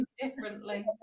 differently